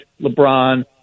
LeBron